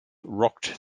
rocked